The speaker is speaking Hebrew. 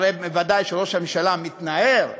הרי בוודאי שראש הממשלה מתנער ואומר: